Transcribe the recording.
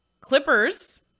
Clippers